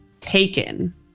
taken